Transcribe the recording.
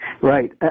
Right